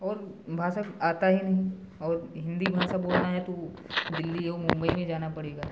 और भाषा आता ही नहीं और हिंदी भाषा बोलना है तो दिल्ली और मुंबई में जाना पड़ेगा